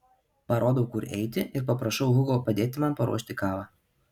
parodau kur eiti ir paprašau hugo padėti man paruošti kavą